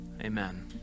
amen